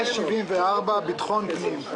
הייתה בשנים האחרונות מהומה לא פשוטה,